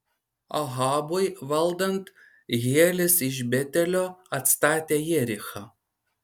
ahabui valdant hielis iš betelio atstatė jerichą